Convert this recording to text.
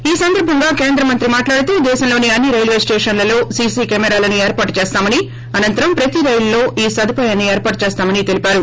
ఈ సందర్భంగా కేంద్ర మంత్రి మాట్లాడుతూ దేశంలోని అన్ని రైల్వే స్టేషన్లలో సీసీ కెమెరాలను ఏర్పాటు చేస్తామని అనంతరం ప్రతి రైలులో ఈ సదుయాపాయన్ని ఏర్పాటు చేస్తామని తెలిపారు